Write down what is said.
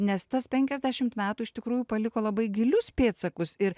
nes tas penkiasdešim metų iš tikrųjų paliko labai gilius pėdsakus ir